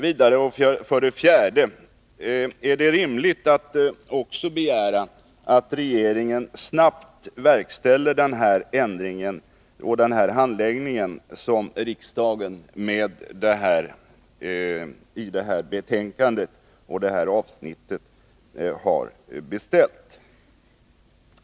Jag vill också fråga: Är det rimligt att också begära att regeringen snabbt verkställer ändringen och får till stånd den handläggning riksdagen med det här avsnittet i betänkandet har beställt?